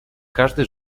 każdy